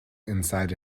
inside